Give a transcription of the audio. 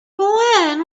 when